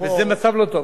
וזה מצב לא טוב.